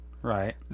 Right